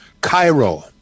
Cairo